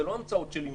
זה לא המצאות שלי מפה.